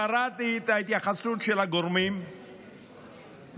קראתי את ההתייחסות של הגורמים במשרדך,